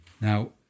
Now